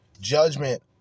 judgment